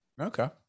okay